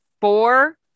four